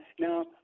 now